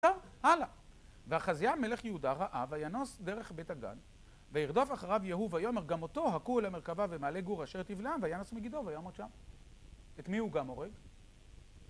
הלאה...ואחזיהו מלך יהודה ראה וינוס דרך בית הגן וירדוף אחריו יהוא ויאמר גם אותו הכו על המרכבה ומעלה גור אשר טבלם וינוס מגידו וימות שם. את מי הוא גם הורג?